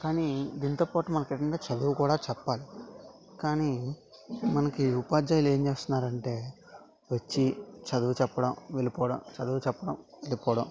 కానీ దీనితో పాటు మనకు ఏకంగా చదువు కూడా చెప్పాలి కానీ మనకి ఉపాధ్యాయులు ఏం చేస్తున్నారు అంటే వచ్చి చదువు చెప్పడం వెళ్ళిపోవడం చదువు చెప్పడం వెళ్ళిపోవడం